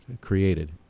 created